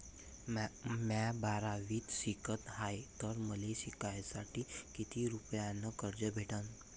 म्या बारावीत शिकत हाय तर मले शिकासाठी किती रुपयान कर्ज भेटन?